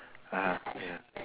(uh huh) ya